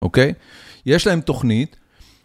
אוקיי? יש להם תוכנית.